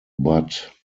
but